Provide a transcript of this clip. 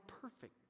perfect